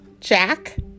Jack